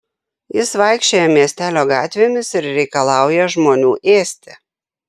jis vaikščioja miestelio gatvėmis ir reikalauja žmonių ėsti